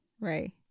right